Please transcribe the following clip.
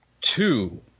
two